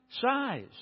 size